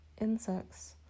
insects